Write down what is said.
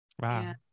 Wow